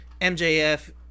MJF